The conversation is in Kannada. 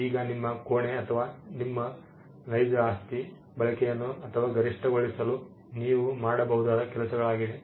ಈಗ ನಿಮ್ಮ ಕೋಣೆ ಅಥವಾ ನಿಮ್ಮ ನೈಜ ಆಸ್ತಿಯ ಬಳಕೆಯನ್ನು ಅಥವಾ ಗರಿಷ್ಠಗೊಳಿಸಲು ನೀವು ಮಾಡಬಹುದಾದ ಕೆಲಸಗಳಾಗಿವೆ